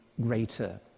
greater